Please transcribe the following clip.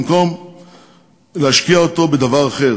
במקום להשקיע אותם בדבר אחר,